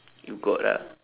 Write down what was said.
you got ah